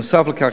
בנוסף לכך,